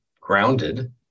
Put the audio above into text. grounded